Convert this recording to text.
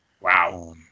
Wow